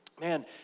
man